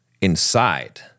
inside